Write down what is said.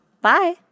Bye